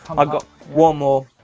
i've got one more.